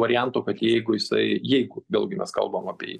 varianto kad jeigu jisai jeigu vėlgi mes kalbam apie